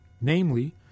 Namely